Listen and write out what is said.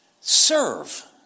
serve